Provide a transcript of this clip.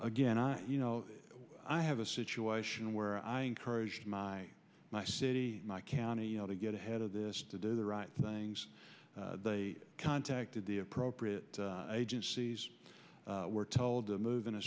again i you know i have a situation where i encourage my my city my county how to get ahead of this to do the right things they contacted the appropriate agencies were told to move in a